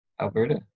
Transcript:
Alberta